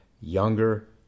younger